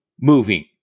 moving